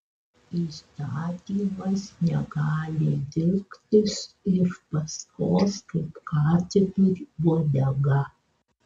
įstatymas negali vilktis iš paskos kaip katinui uodega